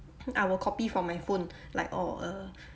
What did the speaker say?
I will copy from my phone like orh err